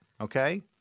Okay